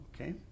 Okay